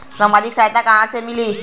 सामाजिक सहायता कहवा से मिली?